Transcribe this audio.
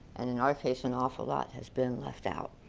and in our case an awful lot has been left out.